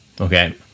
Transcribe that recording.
okay